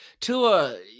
Tua